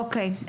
אוקיי,